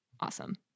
awesome